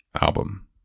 album